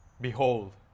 behold